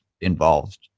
involved